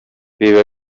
biba